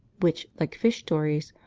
which, like fish stories,